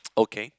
okay